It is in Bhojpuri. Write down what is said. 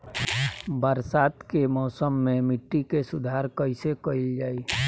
बरसात के मौसम में मिट्टी के सुधार कईसे कईल जाई?